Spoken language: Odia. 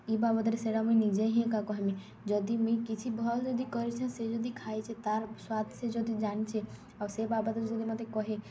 ଇ ବାବଦ୍ରେ ସେଟା ମୁଇଁ ନିଜେ ହିଁ ଏକା କହେମି ଯଦି ମୁଇଁ କିଛି ଭଲ୍ ଯଦି କରିଛେଁ ସେ ଯଦି ଖାଇଛେ ତାର୍ ସ୍ୱାଦ୍ ସେ ଯଦି ଜାନିଛେ ଆଉ ସେ ବାବଦ୍ରେ ଯଦି ମତେ କହେ